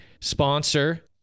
sponsor